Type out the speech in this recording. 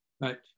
Right